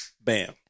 bam